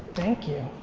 thank you.